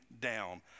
down